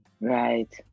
Right